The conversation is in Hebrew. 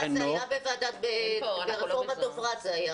זה היה ברפורמת דוֹבְרַת.